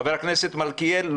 חבר הכנסת מלכיאלי,